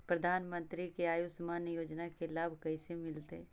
प्रधानमंत्री के आयुषमान योजना के लाभ कैसे मिलतै?